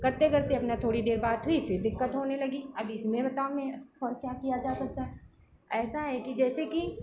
करते करते अपना थोड़ी देर बात हुई फिर दिक्कत होने लगी अब इसमें बताओ में और क्या किया जा सकता है ऐसा है कि जैसे कि